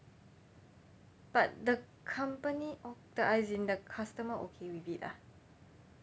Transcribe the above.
but the company of as in the customer okay with it ah